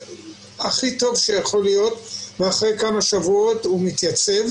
הכי טוב שיכול להיות, ואחרי כמה שבועות הוא מתייצב